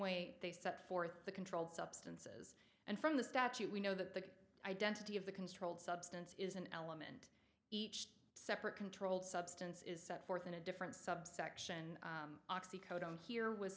way they set forth the controlled substances and from the statute we know that the identity of the controlled substance is an element each separate controlled substance is set forth in a different subsection oxy code on here w